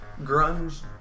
Grunge